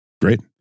Great